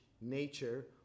nature